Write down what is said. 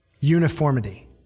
uniformity